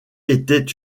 était